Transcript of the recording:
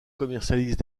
commercialisent